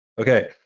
Okay